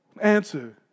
Answer